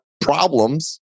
problems